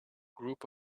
group